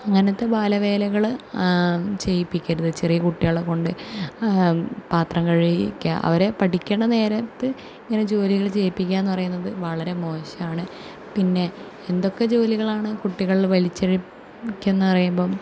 അങ്ങനത്തെ ബാലവേലകൾ ചെയ്യിപ്പിക്കരുത് ചെറിയ കുട്ടികളെ കൊണ്ട് പാത്രം കഴുകിക്കുക അവരെ പഠിക്കേണ്ട നേരത്ത് ഇങ്ങനെ ജോലികൾ ചെയ്യിപ്പിക്കുകയെന്നു പറയുന്നത് വളരെ മോശമാണ് പിന്നെ എന്തൊക്കെ ജോലികളാണ് കുട്ടികളെ വലിച്ചിഴക്കുന്നത് പറയുമ്പം